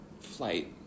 flight